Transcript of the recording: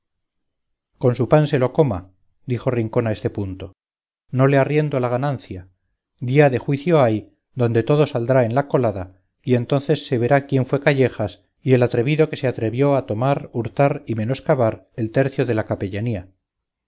con su pan se lo coma dijo rincón a este punto no le arriendo la ganancia día de juicio hay donde todo saldrá en la colada y entonces se verá quién fue callejas y el atrevido que se atrevió a tomar hurtar y menoscabar el tercio de la capellanía